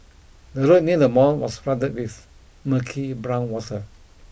the road near the mall was flooded with murky brown water